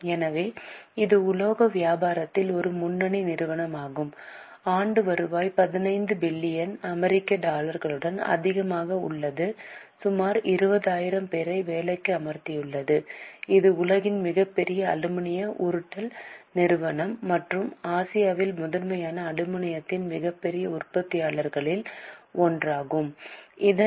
எனவே இது உலோக வியாபாரத்தில் ஒரு முன்னணி நிறுவனமாகும் ஆண்டு வருவாய் 15 பில்லியன் அமெரிக்க டாலருக்கும் அதிகமாக உள்ளது மற்றும் சுமார் 20000 பேரை வேலைக்கு அமர்த்தியுள்ளது இது உலகின் மிகப்பெரிய அலுமினிய உருட்டல் நிறுவனம் மற்றும் ஆசியாவில் முதன்மை அலுமினியத்தின் மிகப்பெரிய உற்பத்தியாளர்களில் ஒன்றாகும்